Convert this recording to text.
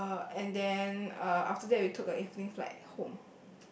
uh and then uh after that we took a evening flight home